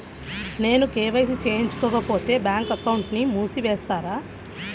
నేను కే.వై.సి చేయించుకోకపోతే బ్యాంక్ అకౌంట్ను మూసివేస్తారా?